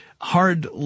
Hard